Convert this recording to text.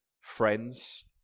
friends